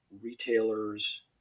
retailers